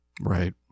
right